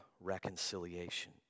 reconciliation